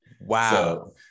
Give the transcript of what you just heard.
wow